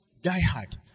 Die-hard